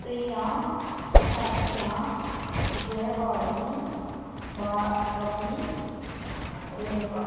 Priya Sathya Jayabharathi Bharathi Renuka